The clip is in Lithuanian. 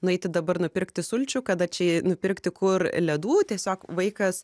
nueiti dabar nupirkti sulčių kada čia nupirkti kur ledų tiesiog vaikas